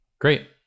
Great